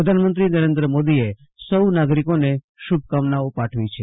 પ્રધાનમંત્રી નરેન્દ્ર મોદીએ સૌ નાગરિકો ને શુભ કામના પાઠવી છે